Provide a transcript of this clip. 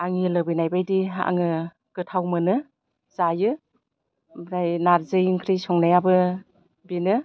आंनि लुबैनायबायदि आङो गोथाव मोनो जायो ओमफ्राय नारजि ओंख्रि संनायाबो बेनो